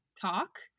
talk